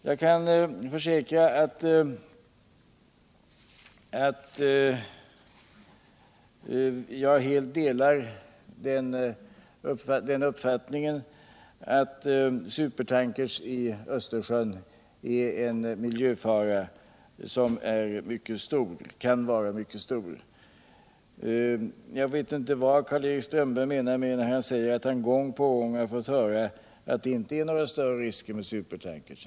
Jag kan försäkra att jag helt delar uppfattningen att supertankrar i Östersjön kan vara en mycket stor miljöfara. | Jag vet inte vad Karl-Erik Strömberg syftar på när han säger att han gång på gång fått höra att det inte är några större risker med supertankrar.